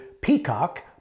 peacock